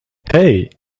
hey